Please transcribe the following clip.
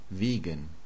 Wegen